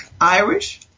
Irish